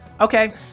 Okay